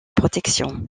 protection